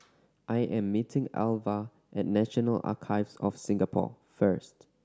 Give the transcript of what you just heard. I am meeting Alva at National Archives of Singapore first